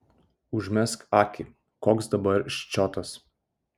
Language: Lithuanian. užmesk akį koks dabar ščiotas